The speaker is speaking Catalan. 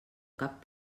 cap